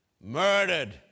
murdered